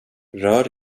rör